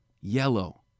yellow